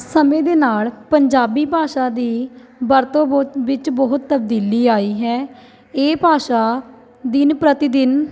ਸਮੇਂ ਦੇ ਨਾਲ਼ ਪੰਜਾਬੀ ਭਾਸ਼ਾ ਦੀ ਵਰਤੋਂ ਬਹੁ ਵਿੱਚ ਬਹੁਤ ਤਬਦੀਲੀ ਆਈ ਹੈ ਇਹ ਭਾਸ਼ਾ ਦਿਨ ਪ੍ਰਤੀ ਦਿਨ